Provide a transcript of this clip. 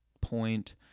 point